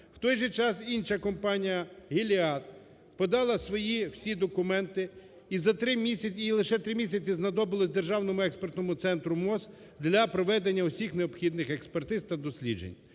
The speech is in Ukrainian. В той же час інша компанія "Gilead" подала свої документи , і за три місяці… і лише три місяці знадобилось державному експертному центру МОЗ для проведення всіх необхідних експертиз та досліджень.